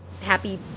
Happy